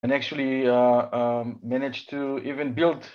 And actually managed to even build.